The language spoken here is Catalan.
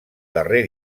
darrer